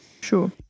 Sure